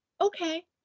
okay